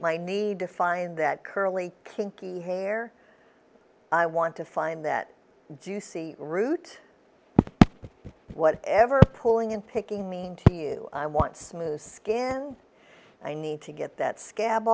my need to find that curly kinky hair i want to find that juicy root whatever pulling in picking to you i want smooth skin i need to get that scab